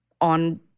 on